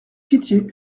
pitié